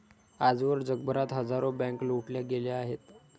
आजवर जगभरात हजारो बँका लुटल्या गेल्या आहेत